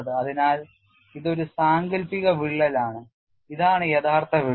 അതിനാൽ ഇതൊരു സാങ്കൽപ്പിക വിള്ളലാണ് ഇതാണ് യഥാർത്ഥ വിള്ളൽ